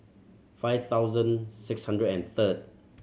five thousand six hundred and third